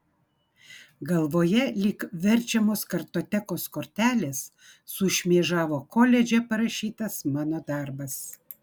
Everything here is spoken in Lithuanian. galvoje lyg verčiamos kartotekos kortelės sušmėžavo koledže parašytas mano darbas